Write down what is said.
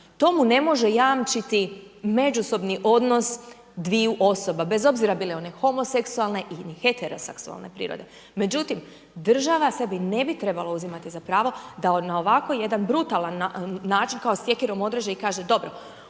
to mu ne može jamčiti međusobni odnos dviju osoba, bez obzira bile one homoseksualne ili heteroseksualne prirode. Međutim, država sebi ne bi trebala uzimati za pravo da na ovako jedan brutalan način, kao sjekirom odreže i kaže dobro,